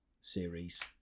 series